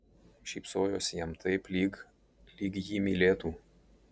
šypsojosi jam taip lyg lyg jį mylėtų